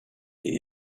been